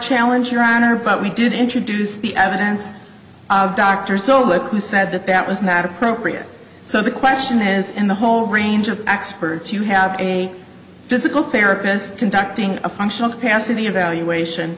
challenge your honor but we did introduce the evidence dr so who said that that was not appropriate so the question has and the whole range of experts you have a physical therapist conducting a functional capacity evaluation